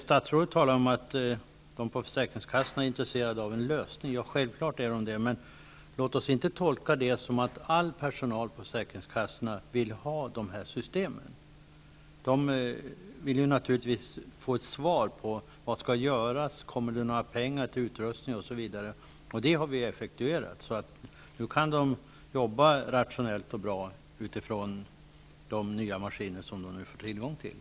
Statsrådet talar om att personalen på försäkringskassorna är intresserad av en lösning. Självfallet är man det. Men för den skull skall vi inte göra tolkningen att all personal på försäkringskassorna vill ha sådana här system. Naturligtvis vill man veta vad som skall göras, om det kommer några pengar till utrustning osv. Men det här är nu effektuerat, så nu kan man jobba rationellt och bra med de nya maskiner som man nu får tillgång till.